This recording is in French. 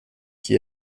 qui